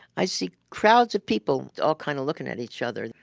i see crowds of people, all kind of looking at each other.